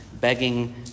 begging